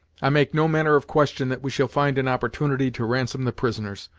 i make no manner of question that we shall find an opportunity to ransom the prisoners.